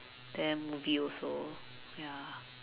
then movie also ya